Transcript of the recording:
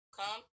come